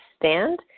stand